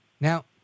Now